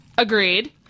Agreed